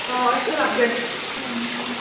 अ सोलाबगोन सोलाबनायालाय